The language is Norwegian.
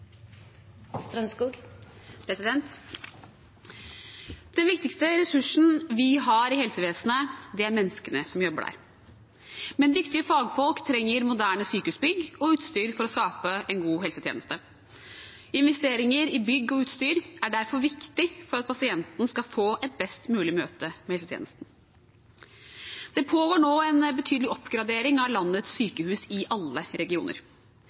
menneskene som jobber der. Men dyktige fagfolk trenger moderne sykehusbygg og utstyr for å skape en god helsetjeneste. Investeringer i bygg og utstyr er derfor viktig for at pasienten skal få et best mulig møte med helsetjenesten. Det pågår nå en betydelig oppgradering av landets sykehus i alle regioner.